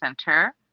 center